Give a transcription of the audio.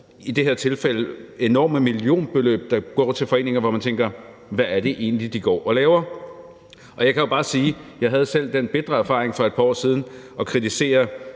i det her tilfælde enorme millionbeløb, der går til foreninger, hvor man tænker: Hvad er det egentlig, de går og laver? Jeg kan jo bare sige: Jeg gjorde selv den bitre erfaring for et par år siden, hvor